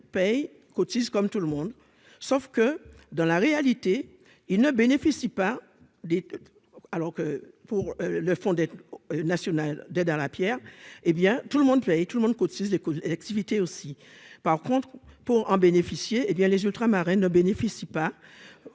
paye cotisent comme tout le monde sauf que dans la réalité, ils ne bénéficient pas des alors que pour le fonds d'aide nationale d'aide à la Pierre et bien tout le monde et tout le monde cotise les activités aussi, par contre, pour en bénéficier, hé bien les ultramarins ne bénéficie pas